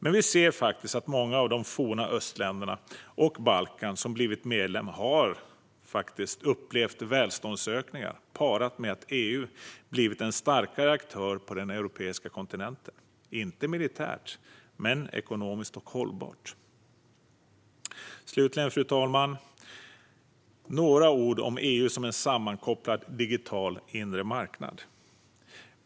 Vi ser dock faktiskt att många av de forna östländerna och Balkan som blivit medlemmar har upplevt välståndsökningar parat med att EU blivit en starkare aktör på den europeiska kontinenten, inte militärt men ekonomiskt och hållbart. Fru talman! Slutligen vill jag säga några ord EU som en sammankopplad digital inre marknad.